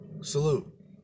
Salute